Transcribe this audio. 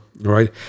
right